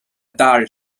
d’fhear